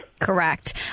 correct